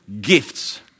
gifts